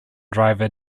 driver